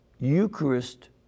Eucharist